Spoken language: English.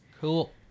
Cool